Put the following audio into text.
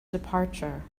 departure